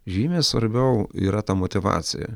žymiai svarbiau yra ta motyvacija